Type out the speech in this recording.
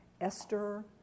Esther